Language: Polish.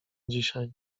dzisiaj